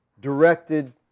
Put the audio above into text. directed